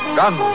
gun